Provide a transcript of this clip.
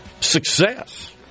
success